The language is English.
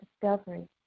discovery